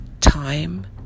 time